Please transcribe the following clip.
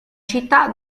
città